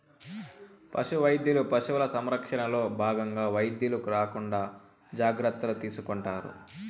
పశు వైద్యులు పశువుల సంరక్షణలో భాగంగా వ్యాధులు రాకుండా జాగ్రత్తలు తీసుకుంటారు